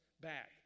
back